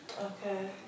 Okay